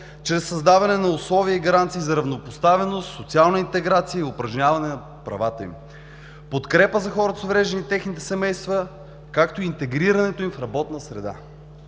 чрез създаване на условия и гаранции за равнопоставеност, социална интеграция и упражняване на правата им, подкрепа за хората са увреждания и техните семейства, както интегрирането им в работна среда.“